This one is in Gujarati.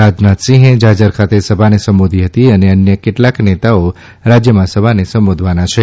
રાજનાથ સિંહે ઝાઝર ખાતે સભાને સંબોધી હતી જ્યારે અન્ય કેટલાંક નેતાઓ રાજ્યમાં સભાને સંબોધવાના છે